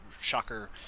Shocker